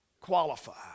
qualified